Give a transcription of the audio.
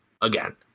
again